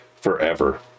forever